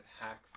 hack